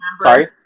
Sorry